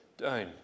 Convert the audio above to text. down